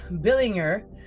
Billinger